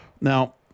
Now